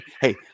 Hey